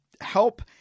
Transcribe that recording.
help